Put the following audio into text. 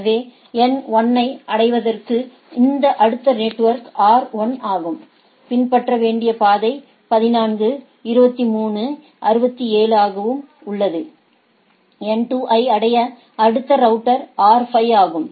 எனவே N 1 ஐ அடைவதற்கு இந்த அடுத்த ரவுட்டர் R 1 ஆகவும் பின்பற்ற வேண்டிய பாதை 14 23 முதல் 67 ஆகவும் உள்ளது N 2 ஐ அடைய அடுத்த ரவுட்டர் R 5 ஆகும்